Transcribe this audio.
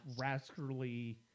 rascally